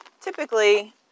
typically